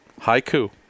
Haiku